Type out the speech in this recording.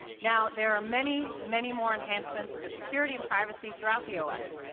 now, there are many, many more enhancements to security and privacy throughout the os,